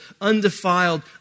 undefiled